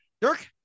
Dirk